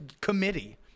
committee